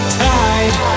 tide